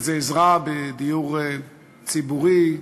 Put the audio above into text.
שזה עזרה בדיור ציבורי,